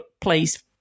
please